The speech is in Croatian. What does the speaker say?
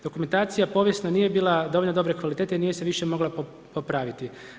Dokumentacija povijesno nije bila dovoljno dobre kvalitete i nije se više mogla popraviti.